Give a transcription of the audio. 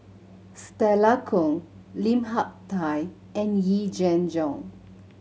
Stella Kon Lim Hak Tai and Yee Jenn Jong